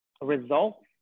results